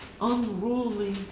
unruly